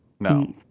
No